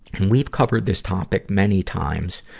and we've covered this topic many times.